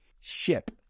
Ship